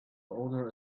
owner